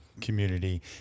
community